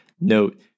Note